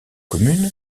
commune